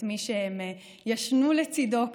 את מי שהם ישנו לצידו,